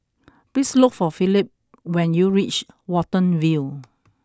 please look for Philip when you reach Watten View